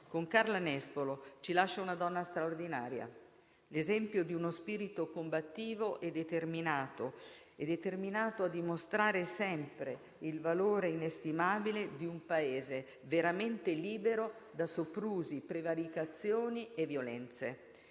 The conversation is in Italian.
Con Carla Nespolo ci lascia una donna straordinaria, l'esempio di uno spirito combattivo e determinato a dimostrare sempre il valore inestimabile di un Paese veramente libero da soprusi, prevaricazioni e violenze.